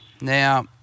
Now